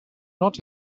not